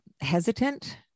hesitant